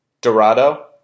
Dorado